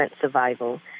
survival